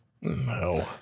No